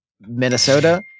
Minnesota